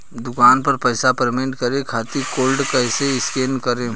दूकान पर पैसा पेमेंट करे खातिर कोड कैसे स्कैन करेम?